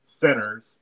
centers